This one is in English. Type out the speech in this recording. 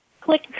Click